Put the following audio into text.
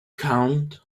count